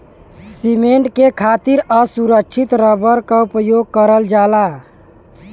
cement के खातिर असुरछित रबर क उपयोग करल जाला